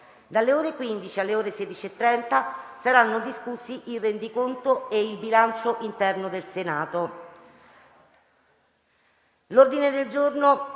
Dalle ore 15 alle ore 16,30 saranno discussi il rendiconto e il bilancio interno del Senato. L'ordine del giorno